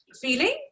feeling